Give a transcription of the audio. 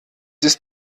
ist